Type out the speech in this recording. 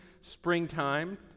springtime